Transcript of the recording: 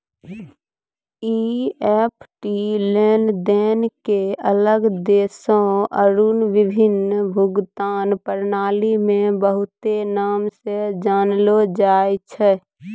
EFT लेनदेन के अलग देशो आरु विभिन्न भुगतान प्रणाली मे बहुते नाम से जानलो जाय छै